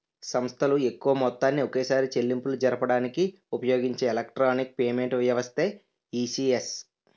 సంస్థలు ఎక్కువ మొత్తాన్ని ఒకేసారి చెల్లింపులు జరపడానికి ఉపయోగించే ఎలక్ట్రానిక్ పేమెంట్ వ్యవస్థే ఈ.సి.ఎస్